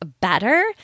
better